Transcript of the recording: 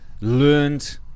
learned